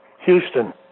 Houston